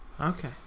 Okay